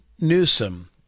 Newsom